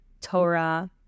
Torah